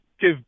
give